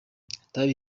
itabi